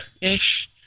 ish